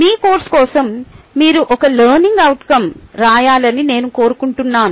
మీ course కోసం మీరు ఒక లెర్నింగ్ అవుట్కo రాయాలని నేను కోరుకుంటున్నాను